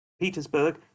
Petersburg